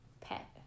pet